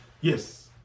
Yes